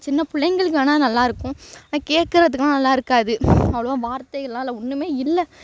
சின்னப் பிள்ளைங்களுக்கு வேணுணா நல்லாயிருக்கும் ஆனால் கேட்குறதுக்குலாம் நல்லா இருக்காது அவ்வளோவா வார்த்தைகள்லாம் அதில் ஒன்றுமே இல்லை